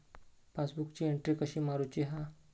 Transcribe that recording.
पासबुकाची एन्ट्री कशी मारुची हा?